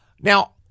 Now